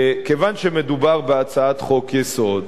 כיוון שמדובר בהצעת חוק-יסוד,